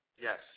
Yes